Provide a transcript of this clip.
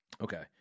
Okay